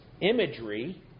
imagery